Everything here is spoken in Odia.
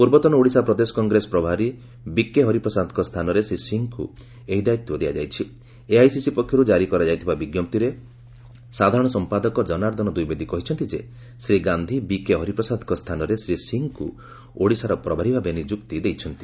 ପୂର୍ବତନ ଓଡିଶାପ୍ରଦେଶ କଂଗ୍ରେସ ପ୍ରଭାରୀ ବିକେ ହରିପ୍ରସାଦଙ୍କ ସ୍ଥାନରେ ଶ୍ରୀ ସିଂହଙ୍କୁ ଏହି ଦାୟିତ୍ୱ ଦିଆଯାଇଛି ଏଆଇସିସି ପକ୍ଷରୁ ଜାରି କରାଯାଇଥିବା ବିଙ୍କପ୍ତିରେ ସାଧାରଣ ସମ୍ମାଦକ ଜନାର୍ଦ୍ଦନ ୍ଦ୍ୱିବେଦୀ କହିଛନ୍ତି ଯେ ଶ୍ରୀ ଗାଧୀ ବିକେ ହରିପ୍ରସାଦଙ୍କ ସ୍ଥାନରେ ଶ୍ରୀ ସିଂହଙ୍କୁ ଓଡିଶାର ପ୍ରଭାରୀ ଭାବେ ନିଯୁକ୍ତି ଦେଇଛନ୍ତି